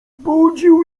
budził